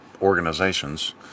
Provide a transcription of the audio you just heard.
organizations